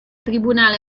tribunale